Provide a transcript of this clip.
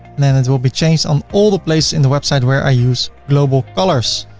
then it will be changed on all the place in the website where i use global colors.